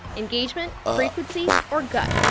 engagement, frequency, or gut?